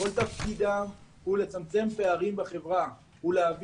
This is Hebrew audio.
כל תפקידם הוא לצמצם פערים בחברה ולהביא